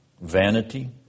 vanity